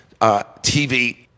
TV